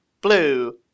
blue